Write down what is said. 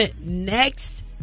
next